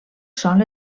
sol